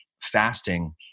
fasting